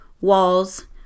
walls